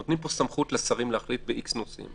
נותנים פה סמכות לשרים להחליט ב"איקס" נושאים,